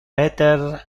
peter